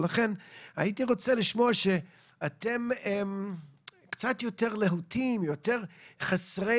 הייתי רוצה לשמוע שאתם קצת יותר להוטים וחסרי